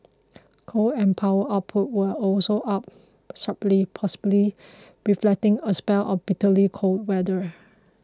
coal and power output were also up sharply possibly reflecting a spell of bitterly cold weather